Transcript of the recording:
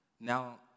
Now